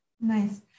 Nice